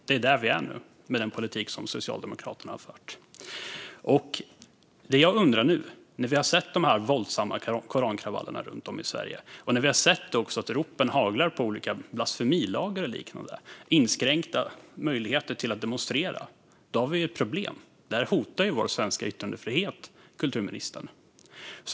Det är där vi är nu, med den politik som Socialdemokraterna har fört. När vi nu har sett de här våldsamma korankravallerna runt om i Sverige, och när vi också har sett att ropen haglar efter olika blasfemilagar och inskränkta möjligheter att demonstrera, kan vi konstatera att vi har ett problem. Detta hotar vår svenska yttrandefrihet, kulturministern.